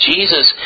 Jesus